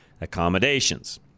accommodations